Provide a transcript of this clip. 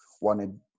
wanted